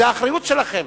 זו האחריות שלכם.